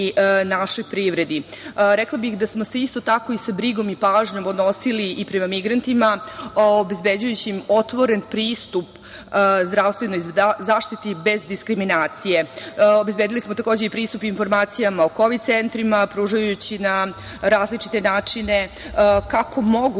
našoj privredi. Rekla bih da smo se isto tako sa brigom i pažnjom odnosili i prema migrantima, obezbeđujući im otvoren pristup zdravstvenoj zaštiti bez diskriminacije. Obezbedili smo pristup informacijama o kovid centrima, pružajući na različite načine kako mogu